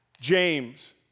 James